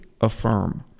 affirm